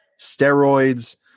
Steroids